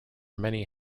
many